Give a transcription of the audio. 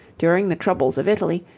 during the troubles of italy,